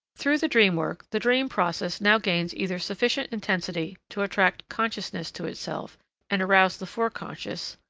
through the dream-work the dream process now gains either sufficient intensity to attract consciousness to itself and arouse the foreconscious,